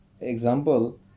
example